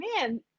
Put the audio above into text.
Man